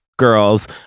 girls